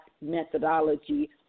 methodology